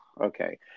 okay